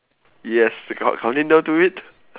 yes coun~ counting down to it